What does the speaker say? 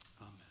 Amen